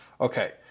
Okay